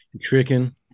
tricking